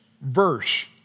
verse